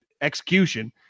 execution